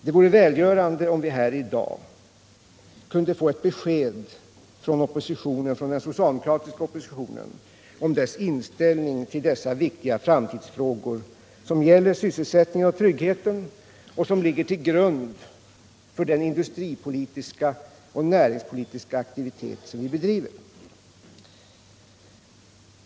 Det vore välgörande, om vi här i dag kunde få ett besked från den socialdemokratiska oppositionen om dess inställning till dessa viktiga framtidsfrågor, som gäller sysselsättningen och tryggheten och som ligger till grund för den industrioch näringspolitiska aktivitet som vi bedriver.